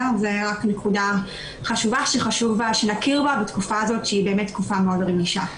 זאת נקודה שחשוב שנכיר בה בתקופה הזאת שהיא באמת תקופה מאוד רגישש.